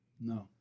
No